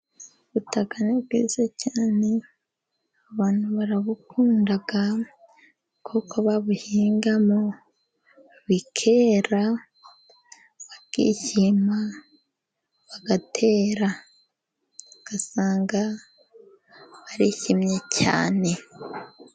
Ubutaka ni bwiza cyane ,abantu barabukunda kuko babuhingamo bikera ,bakishima , bagatera, ugasanga barishimye cyane.